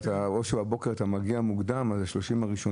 אם אתה מגיע מוקדם בבוקר, יש כבר 30 ראשונים.